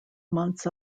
months